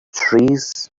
trees